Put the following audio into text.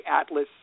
Atlas